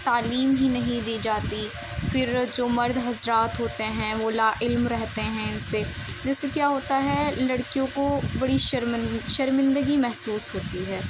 تعلیم ہی نہیں دی جاتی پھر جو مرد حضرات ہوتے ہیں وہ لاعلم رہتے ہیں ان سے جیسے کیا ہوتا ہے لڑکیوں کو بڑی شرم شرمندگی محسوس ہوتی ہے